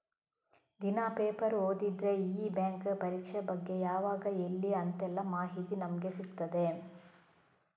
ದಿನಾ ಪೇಪರ್ ಓದಿದ್ರೆ ಈ ಬ್ಯಾಂಕ್ ಪರೀಕ್ಷೆ ಬಗ್ಗೆ ಯಾವಾಗ ಎಲ್ಲಿ ಅಂತೆಲ್ಲ ಮಾಹಿತಿ ನಮ್ಗೆ ಸಿಗ್ತದೆ